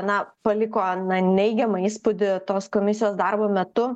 na paliko na neigiamą įspūdį tos komisijos darbo metu